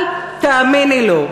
אל תאמיני לו.